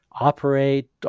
operate